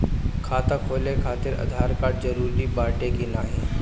खाता खोले काहतिर आधार कार्ड जरूरी बाटे कि नाहीं?